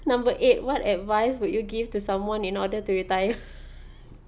number eight what advice would you give to someone in order to retire